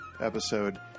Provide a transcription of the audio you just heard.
episode